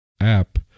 app